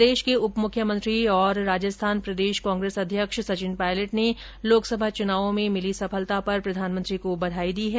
प्रदेश के उप मुख्यमंत्री और राजस्थान प्रदेश कांगेस अध्यक्ष सचिन पायलट ने लोकसभा चुनावों में मिली सफलता पर प्रधानमंत्री को बधाई दी है